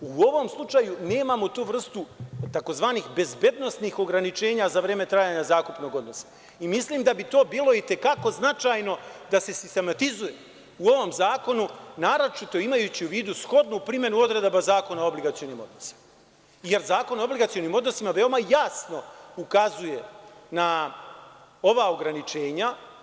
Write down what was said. U ovom slučaju nemamo tu vrstu tzv. „bezbednosnih ograničenja“ za vreme trajanja zakupnog odnosa i mislim da bi to bilo i te kako značajno da se sistematizuje u ovom zakonu, naročito imajući u vidu shodnu primenu odredaba Zakona o obligacionim odnosima jer Zakon o obligacionim odnosima veoma jasno ukazuje na ova ograničenja.